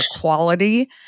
quality